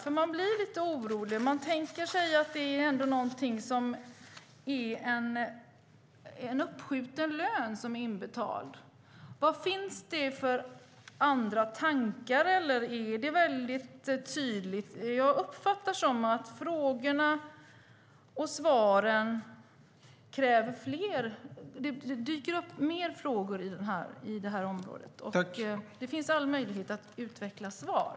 Det är oroande, och det är lätt att tänka sig att det handlar om en uppskjuten lön som är inbetald. Vad finns det för andra tankar? Det dyker upp fler frågor på det här området, och det finns all möjlighet att utveckla svar.